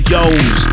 Jones